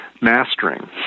mastering